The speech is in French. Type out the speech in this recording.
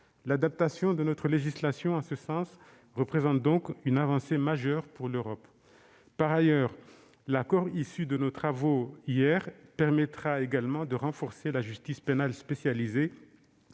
L'adaptation de notre législation en ce sens représente donc une avancée majeure pour l'Europe. L'accord issu de nos travaux d'hier permettra également de renforcer la justice pénale spécialisée,